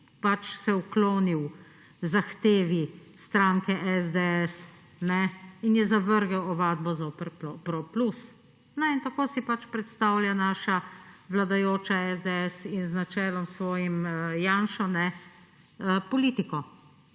pač ni uklonil zahtevi stranke SDS in je zavrgel ovadbo zoper Pro Plus. No, in tako si pač predstavlja naša vladajoča SDS in z načelom svojim Janšo politiko.